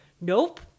nope